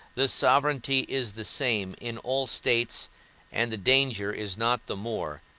the sovereignty is the same in all states and the danger is not the more,